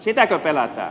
sitäkö pelätään